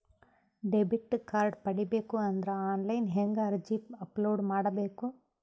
Debit card ಪಡಿಬೇಕು ಅಂದ್ರ online ಹೆಂಗ್ ಅರ್ಜಿ ಅಪಲೊಡ ಮಾಡಬೇಕು?